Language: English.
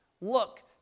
Look